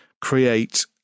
create